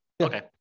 okay